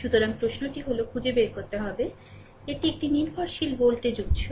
সুতরাং প্রশ্নটি হলো খুঁজে বের করতে হবে এটি একটি নির্ভরশীল ভোল্টেজ উৎস